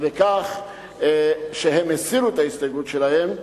ובכך שהם הסירו את ההסתייגות שלהם,